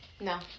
No